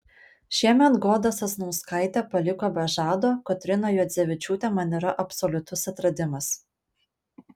šiemet goda sasnauskaitė paliko be žado kotryna juodzevičiūtė man yra absoliutus atradimas